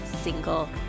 single